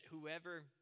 whoever